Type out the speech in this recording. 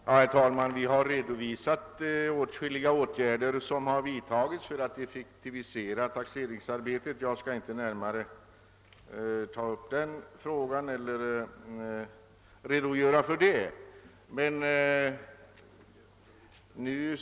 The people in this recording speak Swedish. Herr talman! I utskottsbetänkandet har redovisats åtskilliga åtgärder som har vidtagits för att effektivisera taxeringsarbetet. Det finns därför ingen anledning för mig att nu närmare redogöra för dessa åtgärder.